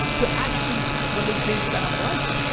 to actually when they think that i'm right.